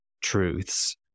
truths